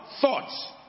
thoughts